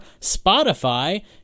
Spotify